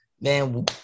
man